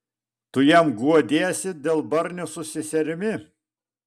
tu jam guodiesi dėl barnio su seserimi